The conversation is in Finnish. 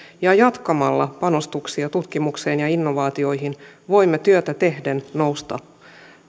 ja jatkamalla panostuksia tutkimukseen ja innovaatioihin voimme työtä tehden nousta